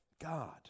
God